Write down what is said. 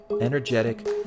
Energetic